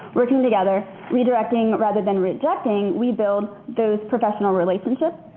working together, redirecting rather than rejecting, we build those professional relationships,